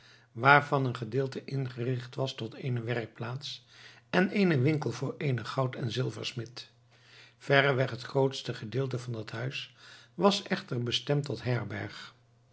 waarvan een gedeelte ingericht was tot eene werkplaats en eenen winkel voor eenen goud en zilversmid verreweg het grootste gedeelte van dat huis was echter bestemd tot herberg